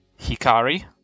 Hikari